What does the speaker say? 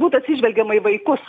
būtų atsižvelgiama į vaikus